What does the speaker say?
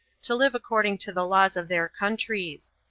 to live according to the laws of their countries.